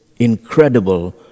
incredible